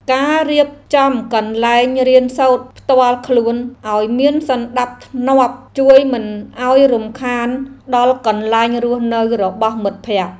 ការរៀបចំកន្លែងរៀនសូត្រផ្ទាល់ខ្លួនឱ្យមានសណ្តាប់ធ្នាប់ជួយមិនឱ្យរំខានដល់កន្លែងរស់នៅរបស់មិត្តភក្តិ។